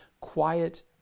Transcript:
quiet